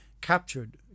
captured